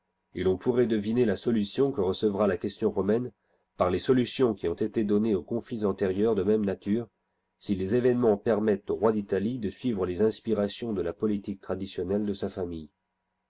et l'on pourrait deviner la solution que recevra la question romaine par les solutions qui ont été données aux conflits antérieurs de môme nature si les événements permettent au roi d'italie de suivre les inspirations de la politique traditionnelle de sa famille